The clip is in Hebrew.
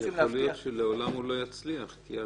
אבל יכול להיות שלעולם הוא לא יצליח, כי הריבית,